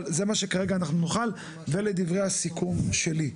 אבל זה מה שכרגע נוכל ולדברי הסיכום שלי.